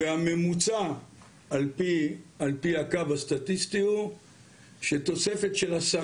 אז לפני הכל אנחנו מתחילים עם שירות בתי הסוהר,